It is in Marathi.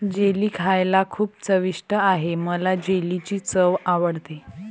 जेली खायला खूप चविष्ट आहे मला जेलीची चव आवडते